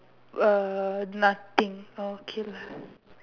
uh nothing okay lah